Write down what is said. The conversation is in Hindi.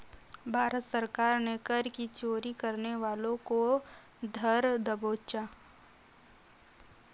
भारत सरकार ने कर की चोरी करने वालों को धर दबोचा